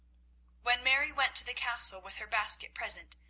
when mary went to the castle with her basket-present,